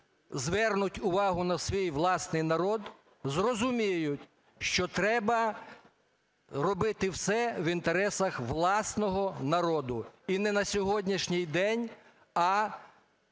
звернуть увагу на свій власний народ, зрозуміють, що треба робити все в інтересах власного народу, і не на сьогоднішній день, а на майбутнє для